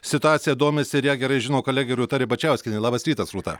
situacija domisi ir ją gerai žino kolegė rūta ribačiauskienė labas rytas rūta